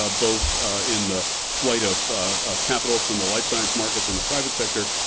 ah both in the flight of capital from the life science markets and the private sector,